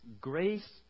grace